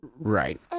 right